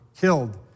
killed